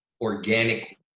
organic